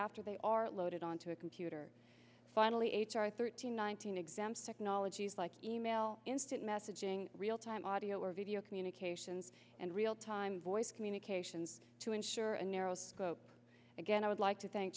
after they are loaded onto a computer finally h r thirteen nineteen exams technologies like e mail instant messaging real time audio or video communications and real time voice communications to ensure a narrow scope again i would like to thank